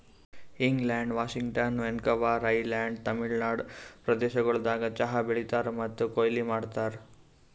England, Washington, Vancouver island, Tamil Nadu ಪ್ರದೇಶಗೊಳ್ದಾಗ್ ಚಹಾ ಬೆಳೀತಾರ್ ಮತ್ತ ಕೊಯ್ಲಿ ಮಾಡ್ತಾರ್